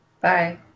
Bye